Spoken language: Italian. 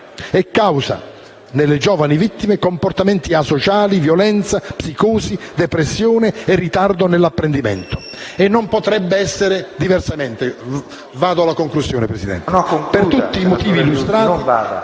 e causa nelle giovani vittime comportamenti asociali, violenza, psicosi, depressione e ritardo nell'apprendimento. E non potrebbe essere diversamente. Per tutti i motivi illustrati,